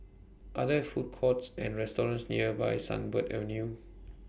Are There Food Courts and restaurants nearby Sunbird Avenue